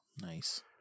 Nice